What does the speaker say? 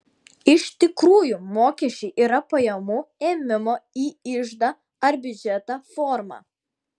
iš tikrųjų mokesčiai yra pajamų ėmimo į iždą ar biudžetą forma